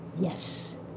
Yes